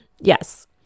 Yes